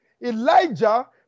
Elijah